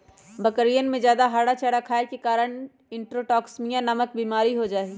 बकरियन में जादा हरा चारा खाये के कारण इंट्रोटॉक्सिमिया नामक बिमारी हो जाहई